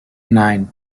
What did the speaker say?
nine